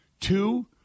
Two